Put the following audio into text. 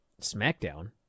Smackdown